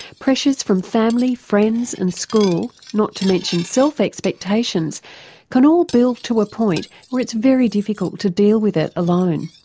pressures from family and friends and school not to mention self expectations can all build to a point where it's very difficult to deal with it alone.